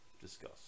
discuss